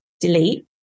delete